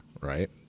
Right